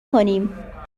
کنیم